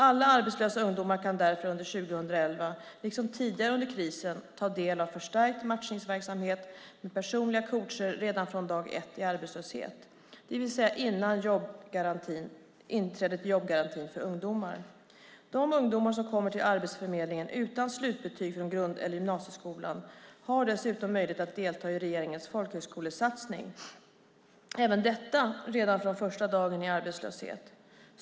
Alla arbetslösa ungdomar kan därför under 2011, liksom tidigare under krisen, ta del av förstärkt matchningsverksamhet med personliga coacher redan från dag ett i arbetslöshet, det vill säga innan jobbgarantin för ungdomar inträder. De ungdomar som kommer till Arbetsförmedlingen utan slutbetyg från grund eller gymnasieskola har dessutom möjlighet att delta i regeringens folkhögskolesatsning - även detta redan från första dagen i arbetslöshet.